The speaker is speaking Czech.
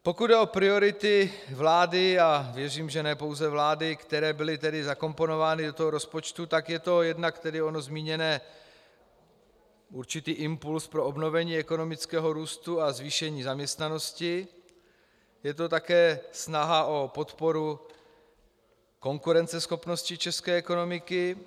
Pokud jde o priority vlády a věřím, že ne pouze vlády , které byly zakomponovány do toho rozpočtu, je to jednak onen zmíněný určitý impulz pro obnovení ekonomického růstu a zvýšení zaměstnanosti a je to také snaha o podporu konkurenceschopnosti české ekonomiky.